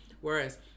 Whereas